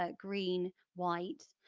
ah green, white,